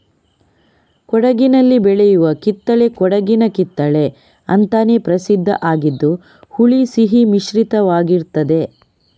ಕೊಡಗಿನಲ್ಲಿ ಬೆಳೆಯುವ ಕಿತ್ತಳೆ ಕೊಡಗಿನ ಕಿತ್ತಳೆ ಅಂತಾನೇ ಪ್ರಸಿದ್ಧ ಆಗಿದ್ದು ಹುಳಿ ಸಿಹಿ ಮಿಶ್ರಿತವಾಗಿರ್ತದೆ